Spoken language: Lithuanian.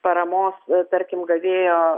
paramos tarkim gavėjo